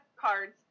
cards